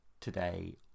today